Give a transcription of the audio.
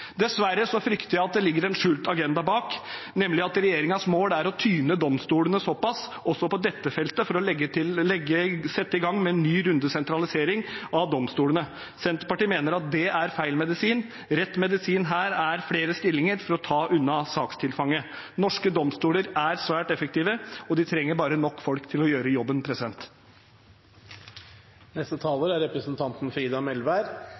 frykter jeg at det ligger en skjult agenda bak, nemlig at regjeringens mål er å tyne domstolene såpass også på dette feltet for å sette i gang med en ny runde sentralisering av domstolene. Senterpartiet mener det er feil medisin. Rett medisin her er flere stillinger for å ta unna sakstilfanget. Norske domstoler er svært effektive, de trenger bare nok folk til å gjøre jobben.